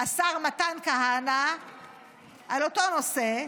השר מתן כהנא על אותו נושא?